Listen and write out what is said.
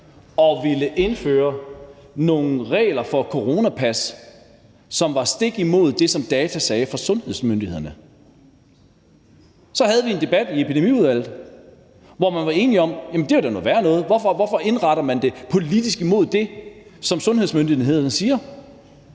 og ville indføre nogle regler for coronapas, som var stik imod det, som data fra sundhedsmyndighederne sagde. Så havde vi en debat i Epidemiudvalget, hvor man var enige om, at det dog var noget værre noget: Hvorfor indretter man det politisk imod det, som sundhedsmyndighederne siger?